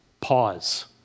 pause